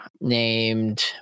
named